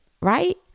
right